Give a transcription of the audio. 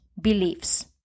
beliefs